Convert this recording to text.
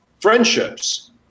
friendships